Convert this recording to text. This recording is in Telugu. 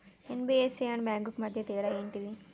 ఎన్.బి.ఎఫ్.సి అండ్ బ్యాంక్స్ కు మధ్య తేడా ఏంటిది?